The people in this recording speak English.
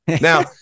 Now